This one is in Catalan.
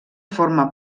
forma